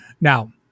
Now